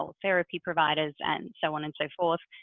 ah therapy providers, and so on and so forth.